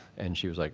and she was like,